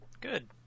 Good